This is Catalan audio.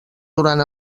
durant